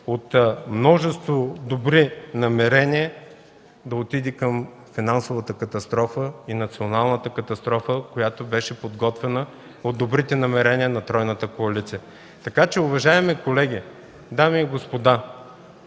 от множество добри намерения да отиде към финансовата и националната катастрофа, която беше подготвена от добрите намерения на тройната коалиция. Уважаеми колеги, дами и господа,